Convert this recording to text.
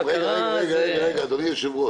רגע, אדוני היושב-ראש,